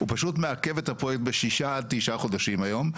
הוא פשוט מעכב את הפרויקט בשישה עד תשעה חודשים היום.